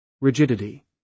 rigidity